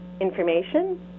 information